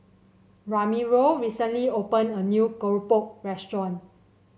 Ramiro recently opened a new keropok restaurant